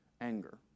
anger